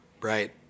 right